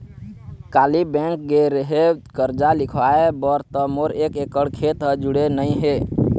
काली bank गे रेहेव करजा लिखवाय बर त मोर एक एकड़ खेत ह जुड़े नइ हे